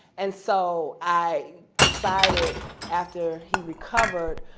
and so i decided after he recovered,